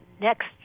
next